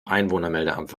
einwohnermeldeamt